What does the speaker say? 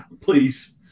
please